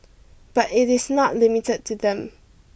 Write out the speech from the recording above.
but it is not limited to them